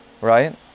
right